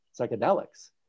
psychedelics